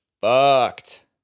fucked